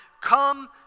Come